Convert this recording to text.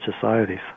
societies